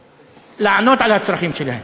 לענות על הצרכים שלהם.